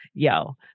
Yo